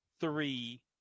three